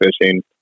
fishing